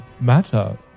matter